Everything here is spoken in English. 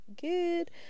good